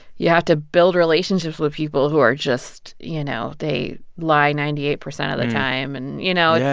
you have to build relationships with people who are just, you know, they lie ninety eight percent of the time. and, you know, yeah